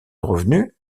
revenus